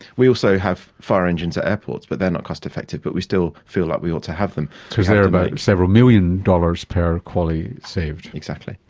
we also have fire engines at airports but they are not cost-effective but we still feel like we ought to have them. because they are about several million dollars per qaly saved. exactly.